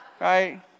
Right